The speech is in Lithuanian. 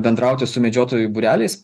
bendrauti su medžiotojų būreliais